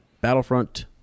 Battlefront